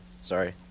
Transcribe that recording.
sorry